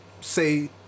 say